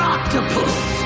Octopus